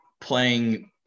playing